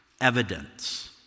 Evidence